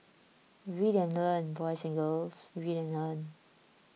read and learn boys and girls read and learn